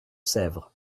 sèvre